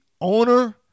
owner